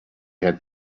had